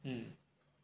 mm